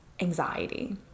anxiety